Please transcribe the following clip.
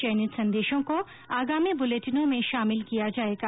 चयनित संदेशों को आगामी बुलेटिनों में शामिल किया जाएगा